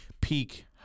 peak